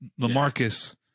Lamarcus